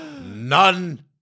None